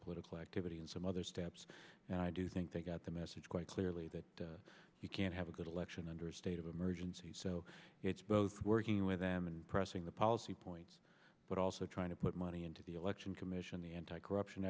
political activity and some other steps and i do think they got the message quite clearly that you can't have a good election under a state of emergency so it's both working with them and pressing the policy points but also trying to put money into the election commission the anti corruption